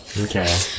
Okay